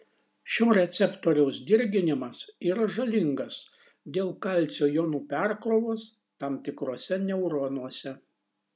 šio receptoriaus dirginimas yra žalingas dėl kalcio jonų perkrovos tam tikruose neuronuose